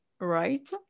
right